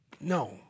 No